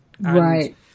Right